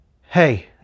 Hey